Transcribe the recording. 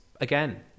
again